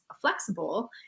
flexible